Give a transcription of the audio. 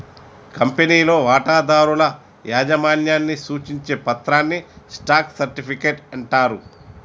కంపెనీలో వాటాదారుల యాజమాన్యాన్ని సూచించే పత్రాన్ని స్టాక్ సర్టిఫికెట్ అంటారు